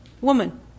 woman